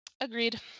Agreed